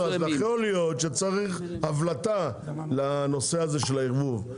יכול להיות שצריך הבלטה לנושא הזה של הערבוב,